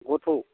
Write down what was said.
गोथौ